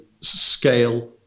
scale